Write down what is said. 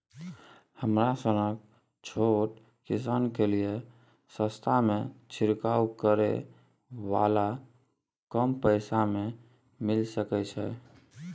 हमरा सनक छोट किसान के लिए सस्ता में छिरकाव करै वाला कम पैसा में मिल सकै छै?